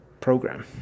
program